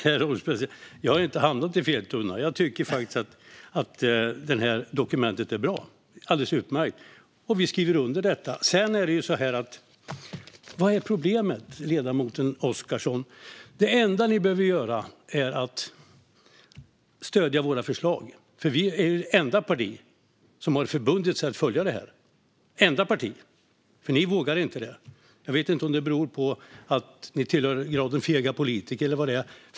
Herr ålderspresident! Jag har inte hamnat i fel tunna. Jag tycker faktiskt att det här dokumentet är bra. Det är alldeles utmärkt, och vi skriver under det. Vad är problemet, ledamoten Oscarsson? Det enda ni behöver göra är att stödja våra förslag, för vi är det enda parti som har förbundit sig att följa det här - det enda partiet eftersom ni inte vågar. Jag vet inte om det beror på att ni är fega politiker eller vad det är.